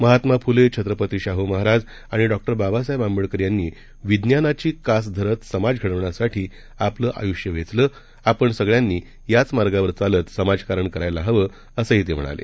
महात्माफुले छत्रपतीशाहूमहाराजआणिडॉक्टरबाबासाहेबआंबेडकरयांनीविज्ञानाचीकासधरतसमाजघडवण्यासाठीआपलंआयुष्यवेचलं आपणसगळ्यांनीयाचमार्गावरचालतसमाजकारणकरायलाहवं असंहीतेम्हणाले